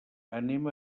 anem